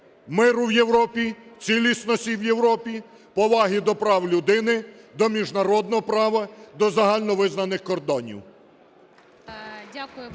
миру в Європі, цілісності в Європі, поваги до прав людини, до міжнародного права, до загальновизнаних кордонів.